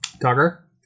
Tucker